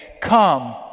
Come